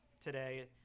today